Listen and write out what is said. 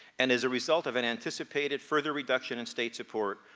and as a result of an anticipated further reduction in state support,